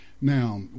Now